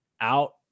out